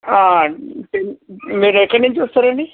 మీరు ఎక్కడి నుంచి వస్తారండి